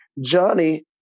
Johnny